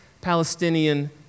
Palestinian